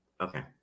Okay